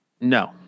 No